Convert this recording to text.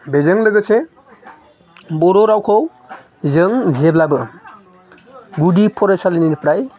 बेजों लोगोसे बर' रावखौ जों जेब्लाबो गुदि फरायसालिनिफ्राय